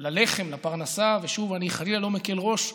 ללחם, לפרנסה, ושוב, אני חלילה לא מקל ראש,